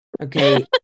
Okay